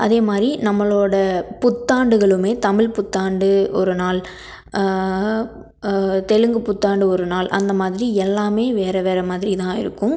அதே மாதிரி நம்மளோடய புத்தாண்டுகளுமே தமிழ் புத்தாண்டு ஒருநாள் தெலுங்கு புத்தாண்டு ஒருநாள் அந்த மாதிரி எல்லாமே வேறு வேறு மாதிரி தான் இருக்கும்